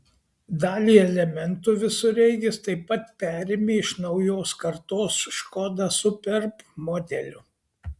dalį elementų visureigis taip pat perėmė iš naujos kartos škoda superb modelio